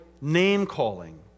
name-calling